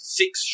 six